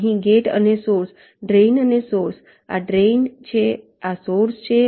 અહીં ગેટ અને source drain અને સોર્સ આ ડ્રેઈન છે આ સોર્સ છે